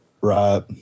Right